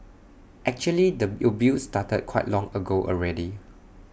actually the abuse started quite long ago already